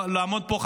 -- לעמוד פה,